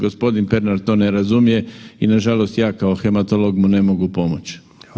Gospodin Pernar to ne razumije i nažalost ja kao hematolog mu ne mogu pomoći.